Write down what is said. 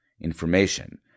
information